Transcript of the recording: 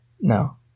No